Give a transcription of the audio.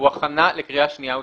הוא הכנה לקריאה שנייה ושלישית.